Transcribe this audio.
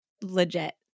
legit